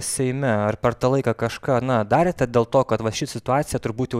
seime ar per tą laiką kažką na darėte dėl to kad va ši situacija turbūt ja